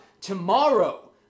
tomorrow